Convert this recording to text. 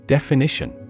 Definition